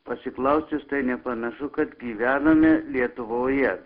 pasiklausius tai nepanašu kad gyvename lietuvoje